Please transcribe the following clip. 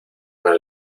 una